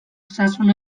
osasun